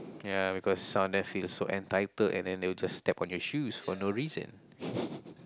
ya because some of them feel so entitled and then they will just step on your shoes for no reason